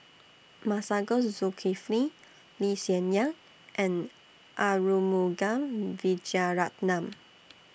Masagos Zulkifli Lee Hsien Yang and Arumugam Vijiaratnam